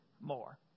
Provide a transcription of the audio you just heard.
more